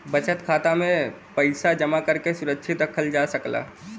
बचत खाता में पइसा जमा करके सुरक्षित रखल जा सकला